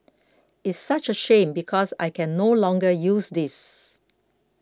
it's such a shame because I can no longer use this